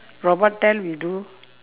robot tell you do